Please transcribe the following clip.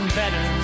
better